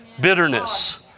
bitterness